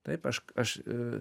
taip aš aš